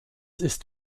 ist